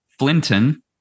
Flinton